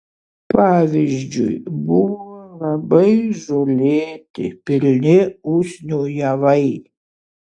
pavyzdžiui buvo labai žolėti pilni usnių javai